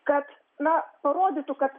kad na parodytų kad